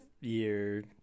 year